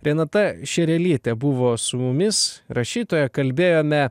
renata šerelytė buvo su mumis rašytoja kalbėjome